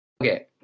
Okay